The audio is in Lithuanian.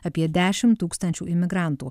apie dešim tūkstančių imigrantų